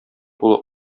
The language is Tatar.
тулы